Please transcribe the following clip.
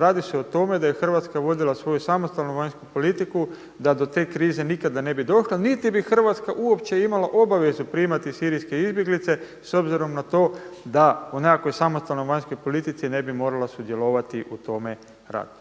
radi se o tome da je Hrvatska vodila svoju samostalnu vanjsku politiku da do te krize nikada ne bi došlo niti bi Hrvatska uopće imala obavezu primati sirijske izbjeglice s obzirom na to da u nekakvoj samostalnoj vanjskoj politici ne bi morala sudjelovati u tome radu.